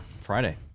Friday